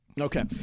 Okay